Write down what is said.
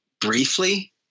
briefly